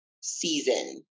season